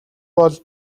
бол